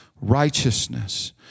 righteousness